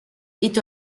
est